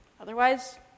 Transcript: Otherwise